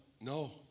No